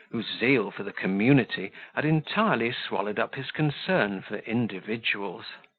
whose zeal for the community had entirely swallowed up his concern for individuals.